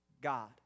God